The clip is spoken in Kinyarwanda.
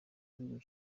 igihugu